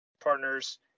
partners